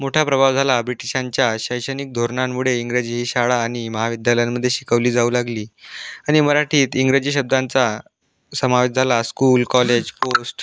मोठा प्रभाव झाला ब्रिटिशांच्या शैक्षणिक धोरणांमुळे इंग्रजी शाळा आणि महाविद्यालयांमध्ये शिकवली जाऊ लागली आणि मराठीत इंग्रजी शब्दांचा समावेश झाला स्कूल कॉलेज पोस्ट